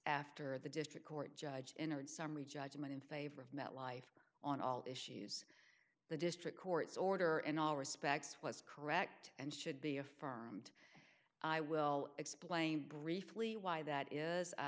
after the district court judge entered summary judgment in favor of metlife on all issues the district court's order in all respects was correct and should be affirmed i will explain briefly why that is